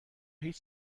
هیچ